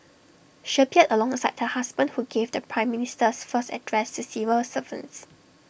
she appeared alongside her husband who gave the prime Minister's first address to civil servants